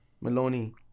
Maloney